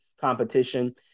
competition